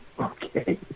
okay